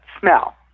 smell